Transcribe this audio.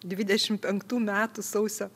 dvidešimt penktų metų sausio